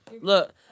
Look